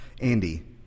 Andy